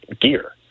gear